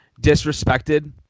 disrespected